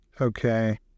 Okay